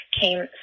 came